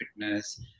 fitness